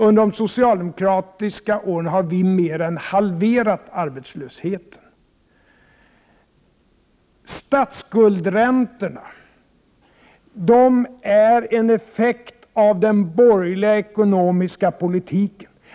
Under de socialdemokratiska åren har vi mer än halverat arbetslösheten. Statsskuldräntorna är en effekt av den borgerliga ekonomiska politiken.